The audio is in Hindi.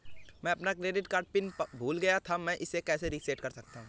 मैं अपना क्रेडिट कार्ड पिन भूल गया था मैं इसे कैसे रीसेट कर सकता हूँ?